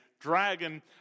dragon